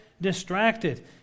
distracted